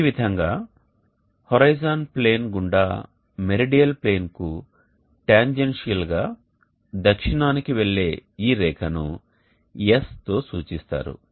ఈ విధంగా horizon plane గుండా మెరిడియల్ ప్లేన్కు టాంజెన్షియల్గా దక్షిణానికి వెళ్లే ఈ రేఖను S తో సూచిస్తారు